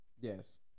Yes